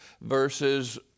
versus